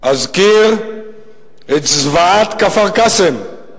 אזכיר את זוועת כפר-קאסם,